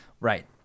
Right